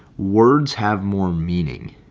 words have more meaning.